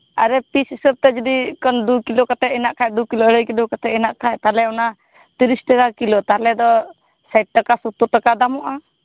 ᱟᱨᱮ ᱯᱤᱥ ᱦᱤᱥᱟᱹᱵ ᱛᱮ ᱡᱩᱫᱤ ᱠᱚᱢ ᱫᱩ ᱠᱤᱞᱳ ᱠᱟᱛᱮ ᱦᱮᱱᱟᱜ ᱠᱷᱟᱱ ᱫᱩ ᱠᱤᱞᱳ ᱟᱲᱟᱭ ᱠᱤᱞᱳ ᱠᱟᱛᱮ ᱦᱮᱱᱟᱜ ᱠᱷᱟᱱ ᱛᱟᱦᱚᱞᱮ ᱚᱱᱟ ᱛᱤᱨᱤᱥ ᱴᱟᱠᱟ ᱠᱤᱞᱳ ᱛᱟᱦᱚᱞᱮ ᱫᱚ ᱥᱟᱴ ᱴᱟᱠᱟ ᱥᱳᱛᱛᱳᱨ ᱴᱟᱠᱟ ᱫᱟᱢᱚᱜᱼᱟ